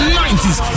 90s